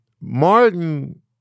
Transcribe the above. Martin